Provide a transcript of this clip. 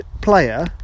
player